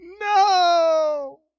no